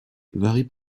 varie